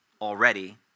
already